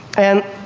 and,